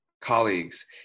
colleagues